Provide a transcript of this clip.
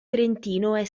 trentino